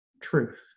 truth